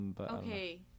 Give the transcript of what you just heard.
okay